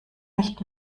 nicht